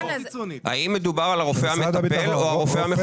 האם מדובר על הרופא המטפל או הרופא המחוזי?